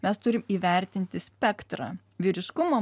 mes turim įvertinti spektrą vyriškumo